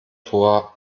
tor